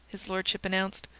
his lordship announced.